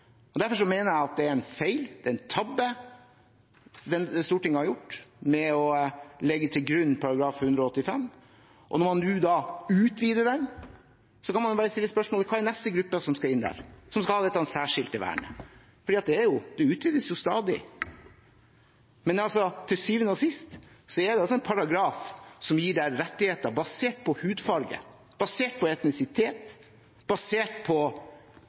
Derfor mener jeg at det er en feil, at det er en tabbe, det Stortinget har gjort med å legge til grunn § 185. Og når man nå utvider den, kan man bare stille spørsmålet: Hva er neste gruppe som skal inn der, som skal ha dette særskilte vernet? For det utvides jo stadig. Til syvende og sist er dette en paragraf som gir en rettigheter basert på hudfarge, basert på etnisitet, basert på